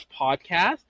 podcast